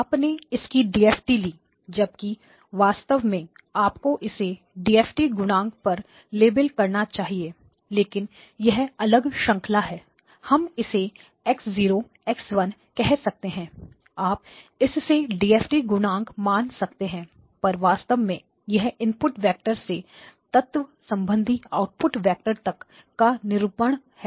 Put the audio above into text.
आपने इसकी DFT ली जबकि वास्तव में आपको इसे डीएफटी गुणांक पर लेबल करना चाहिए लेकिन यह अलग श्रंखला है हम इसे X 0 X 1 कह सकते हैं आप इससे डीएफटी गुणांक मान सकते हैं पर वास्तव में यह इनपुट वेक्टर से तत्व संबंधी आउटपुट वेक्टर तक का निरूपण है